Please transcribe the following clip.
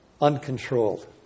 uncontrolled